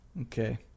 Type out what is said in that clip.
Okay